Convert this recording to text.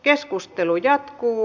keskustelu jatkuu